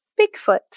Bigfoot